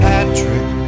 Patrick